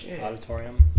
Auditorium